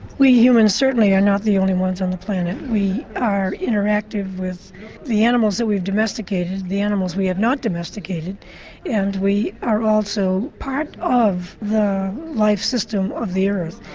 we humans certainly are not the only ones on the planet, we are interactive with the animals that we've domesticated, the animals we have not domesticated and we are also part of the life system of the earth.